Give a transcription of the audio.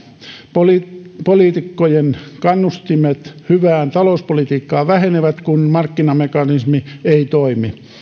poliitikkojen kannustimet hyvään talouspolitiikkaan vähenevät kun markkinamekanismi ei toimi